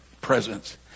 presence